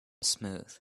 smooth